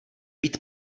být